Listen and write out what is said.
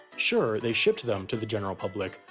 sure, they shipped them to the general public,